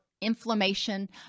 inflammation